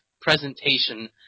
presentation